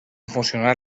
funcionar